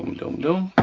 don't know